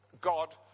God